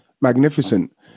magnificent